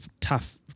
tough